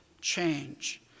change